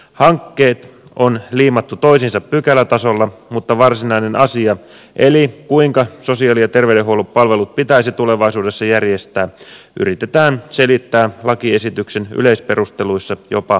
hankkeet on liimattu toisiinsa pykälätasolla mutta varsinainen asia eli se kuinka sosiaali ja terveydenhuollon palvelut pitäisi tulevaisuudessa järjestää yritetään selittää lakiesityksen yleisperusteluissa jopa kahteen kertaan